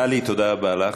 טלי, תודה רבה לך.